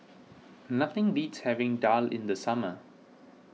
nothing beats having Daal in the summer